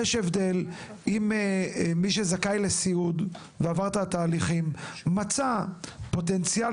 יש הבדל אם מי שזכאי לסיעוד ועבר את התהליכים מצא פוטנציאל